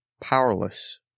powerless